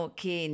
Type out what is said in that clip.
che